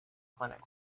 clinic